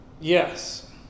Yes